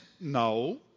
no